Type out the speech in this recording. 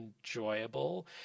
enjoyable